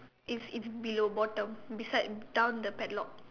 it's it's below bottom beside down the padlock